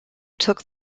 took